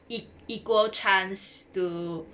equal chance to